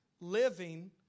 living